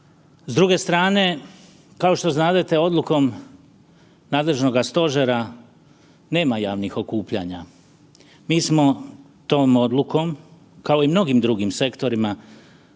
S druge strane kao što znadete odlukom nadležnoga stožera nema javnih okupljanja. Mi smo tom odlukom kao i mnogim drugim sektorima,